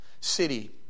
city